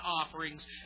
offerings